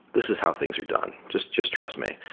this is how things are done. just just trust me.